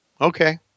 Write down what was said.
Okay